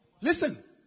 Listen